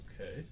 Okay